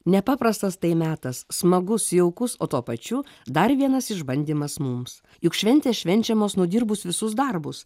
nepaprastas tai metas smagus jaukus o tuo pačiu dar vienas išbandymas mums juk šventės švenčiamos nudirbus visus darbus